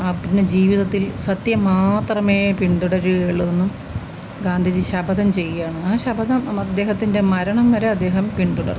ആ പിന്നെ ജീവിതത്തിൽ സത്യം മാത്രമേ പിന്തുടരുകയുള്ളൂന്നും ഗാന്ധിജി ശപഥം ചെയ്യുകയാണ് ആ ശപഥം അദ്ദേഹത്തിൻ്റെ മരണം വരെ അദ്ദേഹം പിന്തുടർന്നു